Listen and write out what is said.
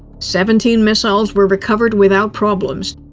seventeen missiles were recovered without problems.